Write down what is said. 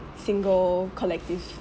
single collective